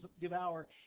devour